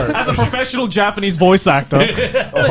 as a professional japanese voice actor.